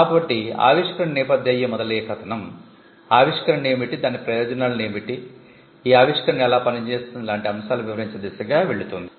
కాబట్టి ఆవిష్కరణ నేపధ్యంతో మొదలయ్యే కథనం ఆవిష్కరణ ఏమిటి దాని ప్రయోజనాలను ఏమిటి ఈ ఆవిష్కరణ ఎలా పనిచేస్తుంది లాంటి అంశాలు వివరించే దిశగా వెళుతుంది